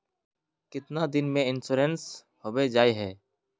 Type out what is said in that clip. कीतना दिन में इंश्योरेंस होबे जाए है?